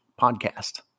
podcast